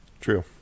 True